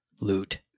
Loot